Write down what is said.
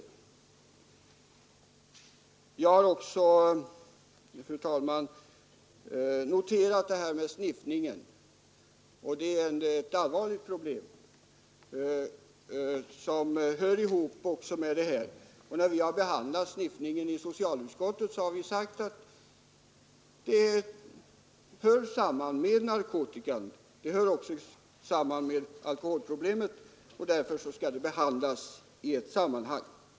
Jag har också, fru talman, noterat det här med sniffningen. Det är ett allvarligt problem som hör samman med narkotikan, vilket vi även sagt när vi behandlat sniffningen i socialutskottet. Det hör också samman med alkoholproblemet, och därför skall allt detta behandlas i ett sammanhang.